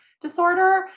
disorder